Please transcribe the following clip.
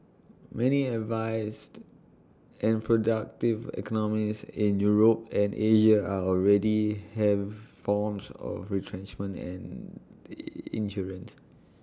many advanced and productive economies in Europe and Asia are already have forms of retrenchment and insurance